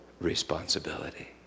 responsibility